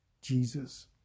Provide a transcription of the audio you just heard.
Jesus